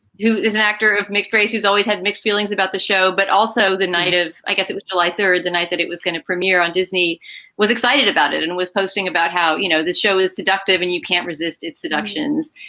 who is an actor of mixed race who's always had mixed feelings about the show, but also the night of i guess it was july third, the night that it was going to premiere on disney was excited about it and was posting about how, you know, this show is seductive and you can't resist it seductions.